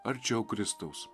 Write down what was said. arčiau kristaus